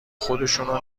خودشونو